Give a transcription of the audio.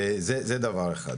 זה דבר אחד.